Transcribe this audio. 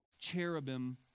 cherubim